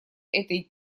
этой